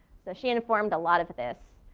so she informed a lot of this.